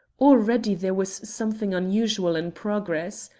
already there was something unusual in progress.